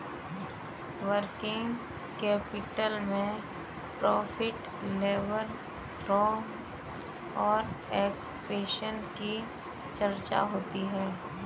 working capital में profit level growth और expansion की चर्चा होती है